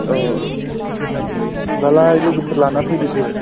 औ औ दे होनबालाय लोगोफोर लानानै फैदेरदो